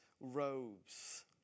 robes